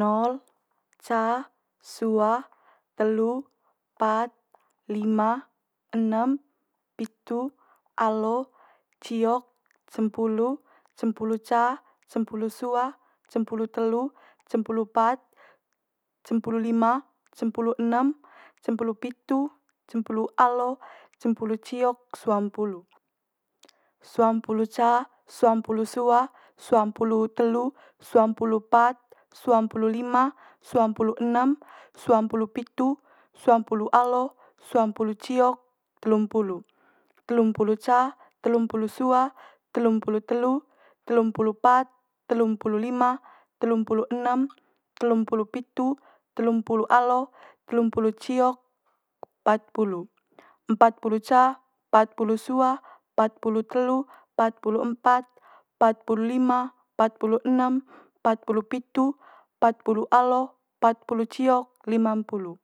Nol ca sua telu pat lima enem pitu alo ciok cempulu. Cempulu ca cempulu sua cempulu telu cempulu pat cempulu lima cempulu enem cempulu pitu cempulu alo cempulu ciok suampulu. Suampulu ca suampulu sua suampulu telu suampulu pat suampulu lima suampulu enem suampulu pitu suampulu alo suampulu ciok telumpulu. Telumpulu ca telumpulu sua telumpulu telu telumpulu pat telumpulu lima telumpulu enem telumpulu pitu telumpulu alo telumpulu ciok patmpulu. Empatpulu ca patpulu sua patpulu telu patpulu empat patpulu lima patpulu enem patpulu pitu patpulu alo patpulu ciok limampulu.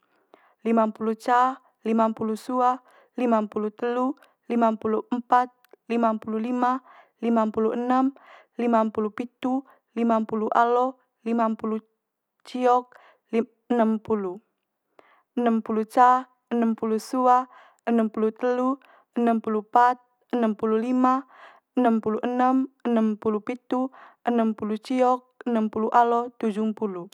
Limampulu ca limampulu sua limampulu telu limampulu empat limampulu lima limampulu enem limampulu pitu limampulu alo limampulu ciok enempulu. Enempulu ca enempulu sua enempulu telu enempulu pat enempulu lima enempulu enem enempulu pitu enempulu ciok enempulu alo tujumpulu.